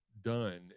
done